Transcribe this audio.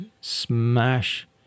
smash